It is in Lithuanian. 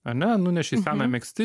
ane nuneši seną megztin